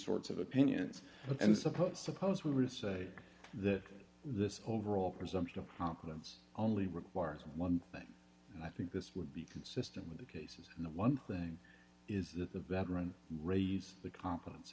sorts of opinions and suppose suppose we were to say that the overall presumption of competence only requires one thing and i think this would be consistent with the cases and the one thing is that the veteran reads the co